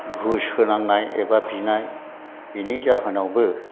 घुस होनांनाय एबा बिनाय बिनि जाहोनावबो